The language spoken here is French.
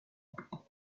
littoral